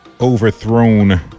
Overthrown